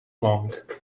long